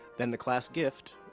then the class gift,